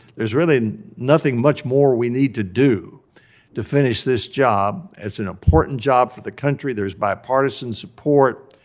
there's really nothing much more we need to do to finish this job, it's an important job for the country. there's bipartisan support,